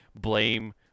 blame